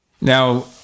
Now